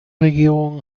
regierung